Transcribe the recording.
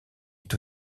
est